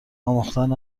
آموختن